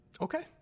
Okay